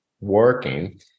working